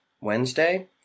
Wednesday